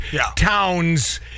towns